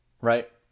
right